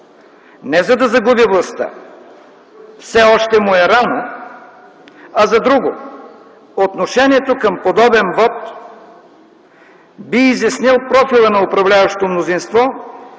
не за да загуби властта – все още му е рано, а за друго. Отношението към подобен вот би изяснил профила на управляващото мнозинство,